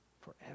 forever